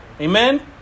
Amen